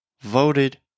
voted